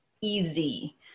easy